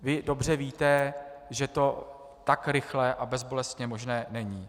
Vy dobře víte, že to tak rychle a bezbolestně možné není.